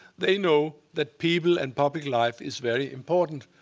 they know that people and public life is very important.